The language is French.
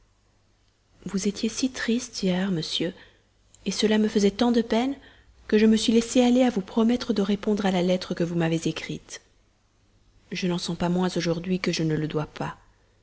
vous étiez si triste hier monsieur cela me faisait tant de peine que je me suis laissée aller à vous promettre de répondre à la lettre que vous m'avez écrite je n'en sens pas moins aujourd'hui que je ne le dois pas